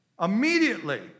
Immediately